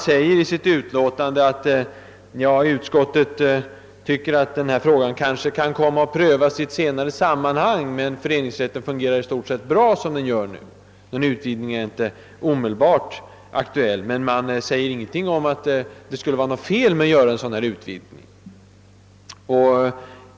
I utskottsutlåtandet säges, att denna fråga kan komma att prövas i ett senare sammanhang men att föreningsrätten för närvarande fungerar i stort sett bra och att någon utvidgning därför inte är omedelbart aktuell. Däremot förekommer ingenting i utskottsutlåtandet som tyder på att utskottet anser att det skulle vara oriktigt att göra en sådan utvidgning.